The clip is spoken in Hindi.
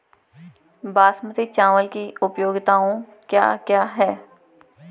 बासमती चावल की उपयोगिताओं क्या क्या हैं?